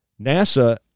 NASA